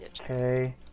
Okay